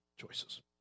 choices